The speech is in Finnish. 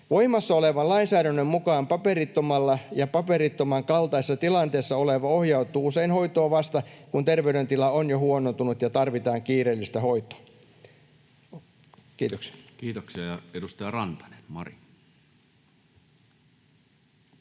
Voimassa olevan lainsäädännön mukaan paperiton ja paperittoman kaltaisessa tilanteessa oleva ohjautuu usein hoitoon vasta, kun terveydentila on jo huonontunut ja tarvitaan kiireellistä hoitoa. — Kiitoksia. [Speech 93] Speaker: